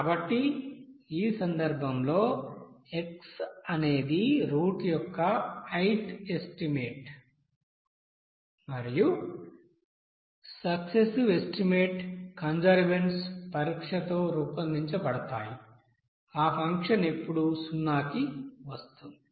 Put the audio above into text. కాబట్టి ఈ సందర్భంలో xi అనేది రూట్ యొక్క ith ఎస్టిమేట్ మరియు సక్సెసివ్ ఎస్టిమేట్ కన్వర్జెన్స్ పరీక్షతో రూపొందించబడతాయి ఆ ఫంక్షన్ ఎప్పుడు 0 కి వస్తుంది